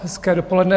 Hezké dopoledne.